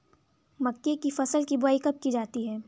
मक्के की फसल की बुआई कब की जाती है?